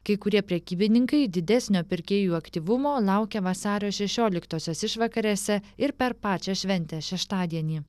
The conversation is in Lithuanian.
kai kurie prekybininkai didesnio pirkėjų aktyvumo laukia vasario šešioliktosios išvakarėse ir per pačią šventę šeštadienį